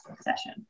session